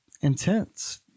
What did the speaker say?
intense